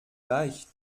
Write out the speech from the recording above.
leicht